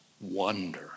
wonder